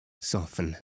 soften